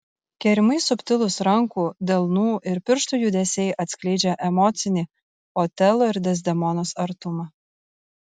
kerimai subtilūs rankų delnų ir pirštų judesiai atskleidžia emocinį otelo ir dezdemonos artumą